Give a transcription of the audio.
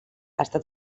està